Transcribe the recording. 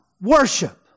worship